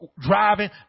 driving